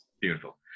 Beautiful